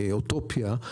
אוטופיה,